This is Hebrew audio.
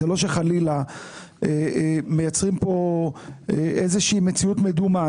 זה לא שחלילה מייצרים פה איזה שהיא מציאות מדומה.